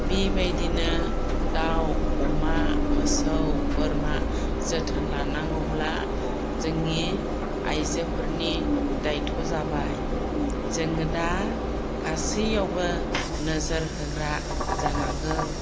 बेबायदिनो दाउ अमा मोसौ बोरमा जोथोन लानांगौब्ला जोंनि आइजोफोरनि दायित्थ' जाबाय जोङो दा गासैयावबो नोजोर होग्रा जानांगौ